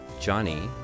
Johnny